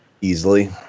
Easily